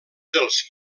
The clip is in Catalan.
dels